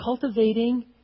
cultivating